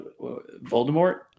Voldemort